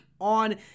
on